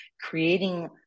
creating